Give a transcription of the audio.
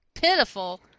pitiful